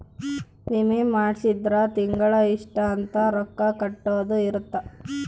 ವಿಮೆ ಮಾಡ್ಸಿದ್ರ ತಿಂಗಳ ಇಷ್ಟ ಅಂತ ರೊಕ್ಕ ಕಟ್ಟೊದ ಇರುತ್ತ